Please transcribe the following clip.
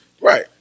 Right